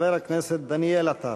חבר הכנסת דניאל עטר.